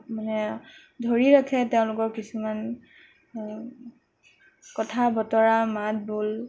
মানে ধৰি ৰাখে তেওঁলোকৰ কিছুমান কথা বতৰা মাতবোল